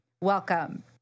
Welcome